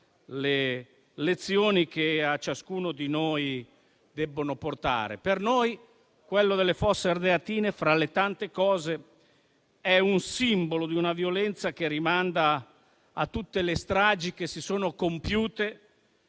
le lezioni che a ciascuno di noi debbono portare. Per noi quello delle Fosse Ardeatine, fra le tante cose, è un simbolo di una violenza che rimanda a tutte le stragi che si sono compiute